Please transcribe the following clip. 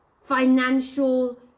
financial